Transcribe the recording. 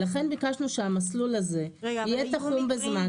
לכן ביקשנו שהמסלול הזה יהיה תחום בזמן.